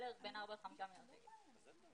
בין ארבעה לחמישה מיליון שקלים.